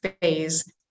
phase